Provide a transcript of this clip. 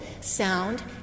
sound